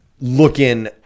looking